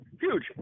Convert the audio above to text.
huge